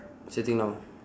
sitting down